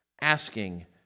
asking